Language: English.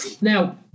now